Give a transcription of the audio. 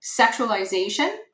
sexualization